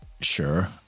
Sure